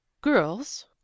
girls